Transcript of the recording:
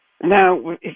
now